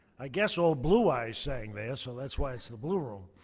i guess ol' blue eyes sang there, so that's why it's the blue room